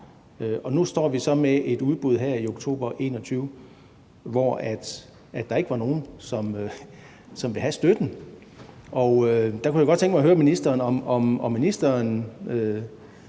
Nu står vi så med et udbud her i oktober 2021, hvor der ikke var nogen, som ville have støtten, og der kunne jeg da godt tænke mig at høre ministeren,